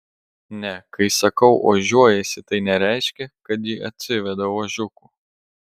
ne kai sakau ožiuojasi tai nereiškia kad ji atsiveda ožiukų